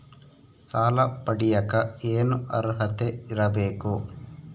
ಸಾಲ ಪಡಿಯಕ ಏನು ಅರ್ಹತೆ ಇರಬೇಕು?